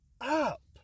up